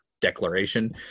declaration